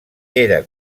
era